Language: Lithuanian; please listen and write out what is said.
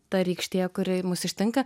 ta rykštė kuri mus ištinka